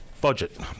budget